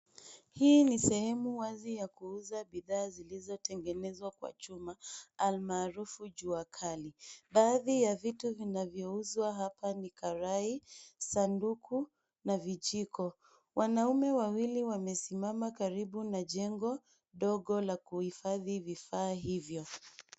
Hii ni sehemu wazi ya kuuza bidhaa zilizotengenezwa kwa chuma alamarufu jua kali. Baadhi ya vitu vinavyouzwa hapa ni karai, sanduku na vijiko. Wanaume wawili wamesimama karibu na jengo dogo la kuhifadhi vifaa hivyo.